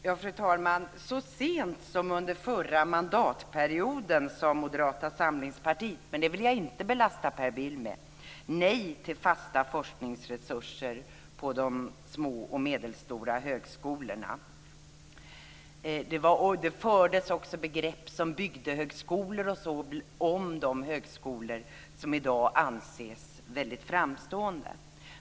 Fru talman! Så sent som under förra mandatperioden sade Moderata samlingspartiet - men det vill jag inte lasta Per Bill för - nej till fasta forskningsresurser på de små och medelstora högskolorna. Man använde också sådana begrepp som bygdehögskolor om de högskolor som i dag anses väldigt framstående.